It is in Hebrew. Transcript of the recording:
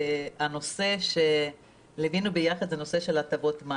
והנושא שליווינו ביחד זה נושא של הטבות מס